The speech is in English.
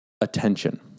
attention